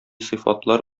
сыйфатлар